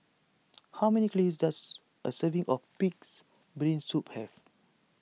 how many calories does a serving of Pig's Brain Soup have